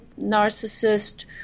narcissist